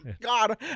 God